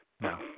no